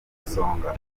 isonga